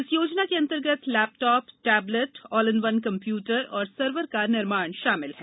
इस योजना के अंतर्गत laptop tablet all in one computer और सर्वर का निर्माण शामिल है